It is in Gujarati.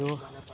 તો